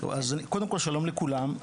טוב, אז קודם כל שלום לכולם.